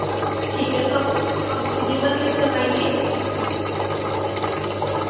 ٹھیک ہے تو آپ ڈلیور کیسے کروائیں گے